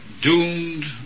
doomed